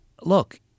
look